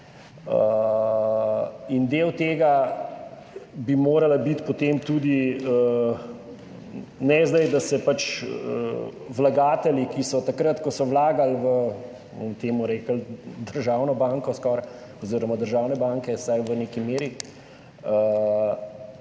In del tega bi moralo biti potem tudi to, ne zdaj, da se pač vlagatelji, ki so takrat, ko so vlagali v skoraj državno banko oziroma državne banke, vsaj v neki meri,